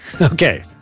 Okay